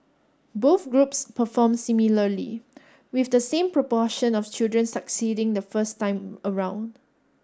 both groups performed similarly with the same proportion of children succeeding the first time around